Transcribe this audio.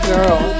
Girl